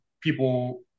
people